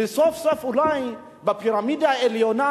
וסוף-סוף אולי בפירמידה העליונה,